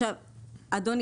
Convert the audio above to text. אדוני,